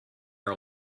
our